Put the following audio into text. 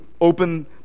open